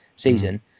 season